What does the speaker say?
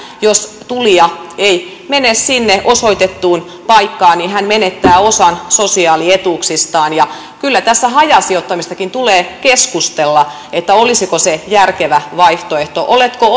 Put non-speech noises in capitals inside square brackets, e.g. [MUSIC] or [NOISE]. jos tulija ei mene sinne osoitettuun paikkaan niin hän menettää osan sosiaalietuuksistaan kyllä tässä hajasijoittamisestakin tulee keskustella että olisiko se järkevä vaihtoehto oletko [UNINTELLIGIBLE]